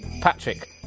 Patrick